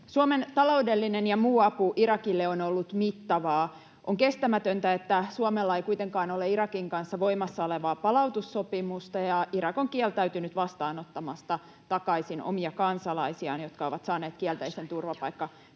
Suomen taloudellinen ja muu apu Irakille on ollut mittavaa. On kestämätöntä, että Suomella ei kuitenkaan ole Irakin kanssa voimassa olevaa palautussopimusta ja Irak on kieltäytynyt vastaanottamasta takaisin omia kansalaisiaan, jotka ovat saaneet kielteisen turvapaikkapäätöksen.